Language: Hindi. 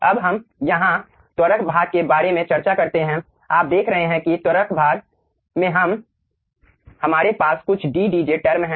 अब हम यहाँ त्वरक भाग के बारे में चर्चा करते हैं आप देख रहे हैं कि त्वरक भाग में हम हमारे पास कुछ d dz टर्म हैं